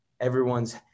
everyone's